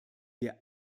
wir